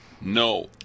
No